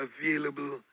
available